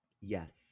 Yes